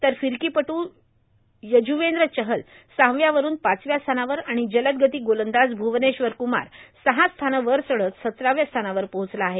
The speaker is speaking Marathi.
तर फिरकीपटू यजुवेंद्र चहल सहाव्यावरून पाचव्या स्थानावर आणि जलदगती गोलंदाज भ्रवनेश्वर क्रमार सहा स्थानं वर चढत सतराव्या स्थानावर पोहोचला आहे